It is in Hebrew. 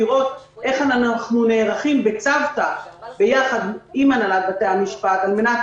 לראות איך אנחנו נערכים בצוותא עם הנהלת בתי המשפט על מנת